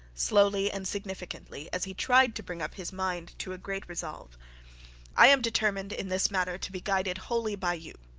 slowly and significantly as he tried to bring up his mind to a great resolve i am determined in this matter to be guided wholly by you